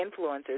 influencers